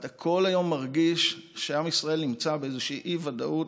ואתה כל היום מרגיש שעם ישראל נמצא באיזושהי אי-ודאות,